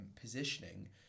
positioning